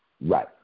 Right